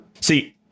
See